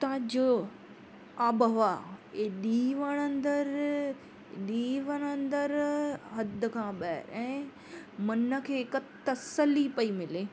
उतांजो आबहवा एॾी वणंदड़ एॾी वणंदड़ हदि खां ॿाहिरि मन खे हिकु तसली पई मिले